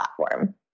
platform